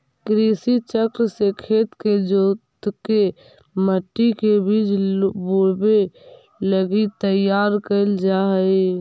कृषि चक्र में खेत के जोतके मट्टी के बीज बोवे लगी तैयार कैल जा हइ